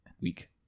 Week